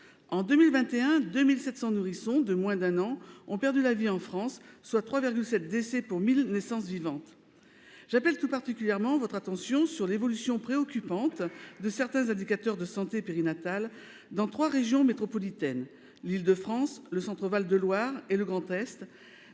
ce sont 2 700 nourrissons de moins d'un an qui ont perdu la vie en France, soit 3,7 décès pour 1 000 naissances vivantes. J'appelle tout particulièrement votre attention sur l'évolution préoccupante de certains indicateurs de santé périnatale dans trois régions métropolitaines- l'Île-de-France, le Centre-Val de Loire et le Grand Est